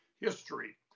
history